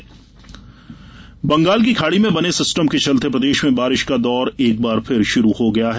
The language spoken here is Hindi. मौसम बंगाल की खाड़ी में बने सिस्टम के चलते प्रदेश में बारिश का दौर एक बार फिर शुरू हो गया है